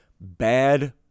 Bad